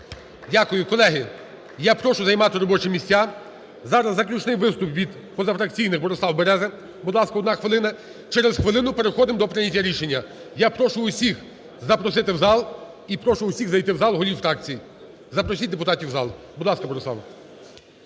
Дякую. Колеги, я прошу займати робочі місця. Зараз заключний виступ від позафракційних. Борислав Береза, будь ласка, 1 хвилина. Через хвилину переходимо до прийняття рішення. Я прошу всіх запросити в зал і прошу всіх зайти у зал голів фракцій. Запросіть депутат у зал. Будь ласка, Борислав.